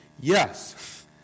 yes